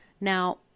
Now